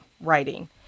writing